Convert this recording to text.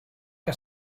que